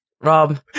Rob